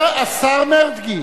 השר מרגי.